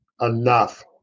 enough